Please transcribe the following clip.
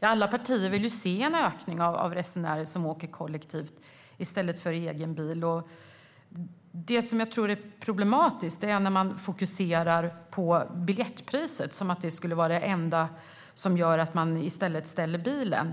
Alla partier vill se en ökning av resenärer som åker kollektivt i stället för i egen bil. Det som är problematiskt är när man fokuserar på biljettpriset som det enda som gör att människor ställer bilen.